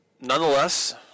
nonetheless